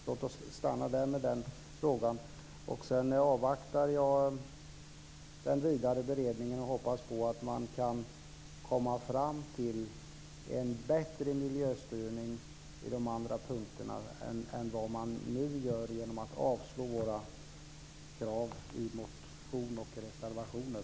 Låt oss stanna där med den frågan. Jag avvaktar den vidare beredningen och hoppas att man kan komma fram till en bättre miljöstyrning i de andra punkterna än vad man gör genom att avslå våra krav i motion och reservationer.